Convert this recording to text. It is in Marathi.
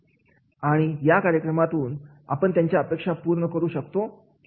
आणि या कार्यक्रमातून आपण त्यांच्या अपेक्षा पूर्ण करू शकतो किंवा नाही